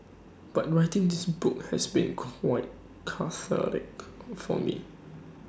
but writing this book has been quite cathartic for me